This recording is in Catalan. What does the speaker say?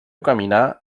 caminar